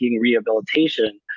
Rehabilitation